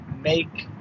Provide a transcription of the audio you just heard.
make